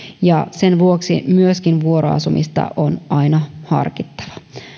sen vuoksi myöskin vuoroasumista on aina harkittava